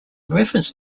reference